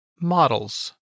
models